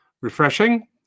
Refreshing